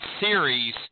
series